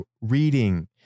reading